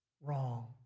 wrong